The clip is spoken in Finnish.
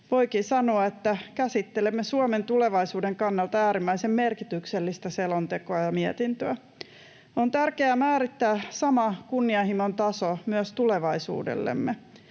Voikin sanoa, että käsittelemme Suomen tulevaisuuden kannalta äärimmäisen merkityksellistä selontekoa ja mietintöä. On tärkeää määrittää sama kunnianhimon taso myös tulevaisuudellemme.